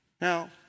Now